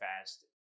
fast